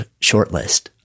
shortlist